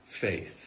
faith